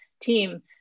team